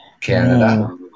Canada